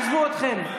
עזבו אתכם.